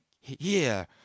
here